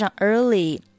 early